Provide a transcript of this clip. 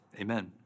amen